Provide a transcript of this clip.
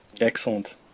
Excellent